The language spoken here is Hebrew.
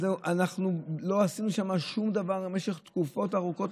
אנחנו לא עשינו שם שום דבר במשך תקופות ארוכות,